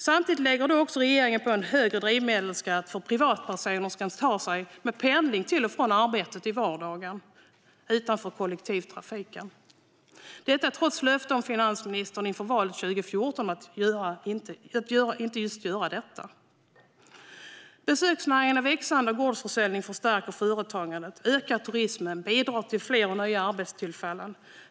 Samtidigt lägger då regeringen på en högre drivmedelsskatt för privatpersoner som ska ta sig med pendling till och från arbetet i vardagen utanför kollektivtrafiken. Detta gör man trots ett löfte från finansministern inför valet 2014 om att inte göra just detta. Besöksnäringen är växande. Gårdsförsäljning förstärker företagandet, ökar turismen och bidrar till fler och nya arbetstillfällen.